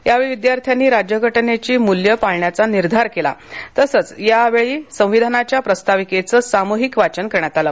यावेळी विद्यार्थ्यांनी राज्यघटनेची मूल्ये पाळण्याचा निर्धार केला तसच याप्रसंगी संविधानाच्या प्रास्ताविकेचे साम्हिक वाचन करण्यात आलं